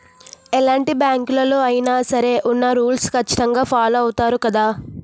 ఎలాంటి బ్యాంకులలో అయినా సరే ఉన్న రూల్స్ ఖచ్చితంగా ఫాలో అవుతారు గదా